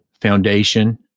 foundation